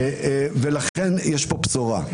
ולכן יש פה בשורה.